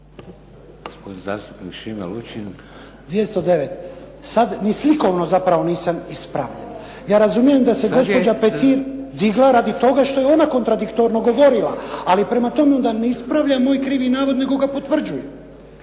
Gospodin zastupnik Šime Lučin. **Lučin, Šime (SDP)** 209. sada ni slikovno zapravo nisam ispravljen. Ja razumijem da se gospođa Petir digla radi toga što je ona kontradiktorno govorila. Ali prema tome, onda ne ispravlja moj krivi navod nego ga potvrđuje.